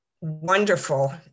wonderful